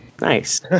Nice